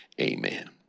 Amen